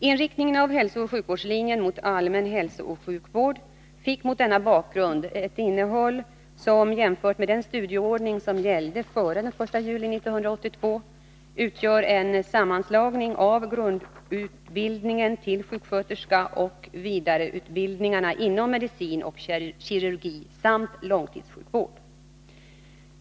Inriktningen av hälsooch sjukvårdslinjen mot allmän hälsooch sjukvård fick mot denna bakgrund ett innehåll som, jämfört med den studieordning som gällde före den 1 juli 1982, utgör en sammanslagning av grundutbildningen till sjuksköterska och vidareutbildningarna inom medicin och kirurgi samt långtidssjukvård.